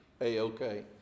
a-okay